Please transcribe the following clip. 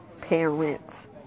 parents